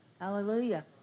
Hallelujah